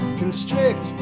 constrict